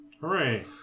Hooray